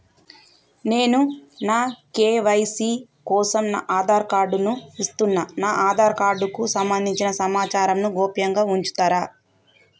నేను నా కే.వై.సీ కోసం నా ఆధార్ కార్డు ను ఇస్తున్నా నా ఆధార్ కార్డుకు సంబంధించిన సమాచారంను గోప్యంగా ఉంచుతరా?